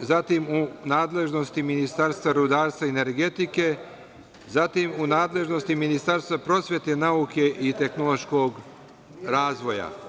zatim u nadležnosti Ministarstva rudarstva i energetike, zatim u nadležnosti Ministarstva prosvete, nauke i tehnološkog razvoja.